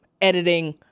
editing